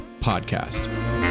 Podcast